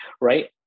Right